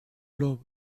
love